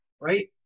right